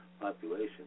population